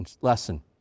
lesson